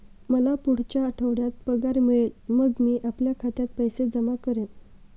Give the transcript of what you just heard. मला पुढच्या आठवड्यात पगार मिळेल मग मी आपल्या खात्यात पैसे जमा करेन